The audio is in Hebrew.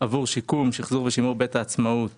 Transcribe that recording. עבור שיקום, שחזור ושימור בית העצמאות